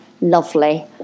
lovely